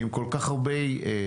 לטפל בכול כך הרבה משפחות.